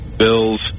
bills